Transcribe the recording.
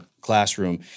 classroom